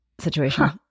situation